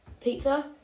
pizza